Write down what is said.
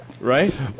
Right